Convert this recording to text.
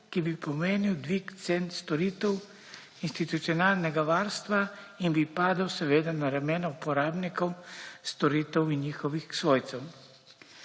ki bi pomenil dvig cen storitev institucionalnega varstva in bi padel seveda na ramena uporabnikov storitev in njihovih svojcev.